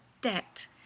debt